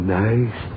nice